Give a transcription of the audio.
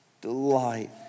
delight